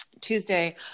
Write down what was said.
Tuesday